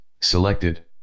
Selected